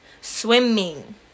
swimming